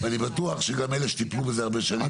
אני בטוח שגם אלה שטיפלו בזה הרבה שנים,